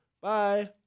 Bye